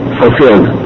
fulfilled